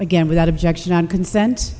again without objection on consent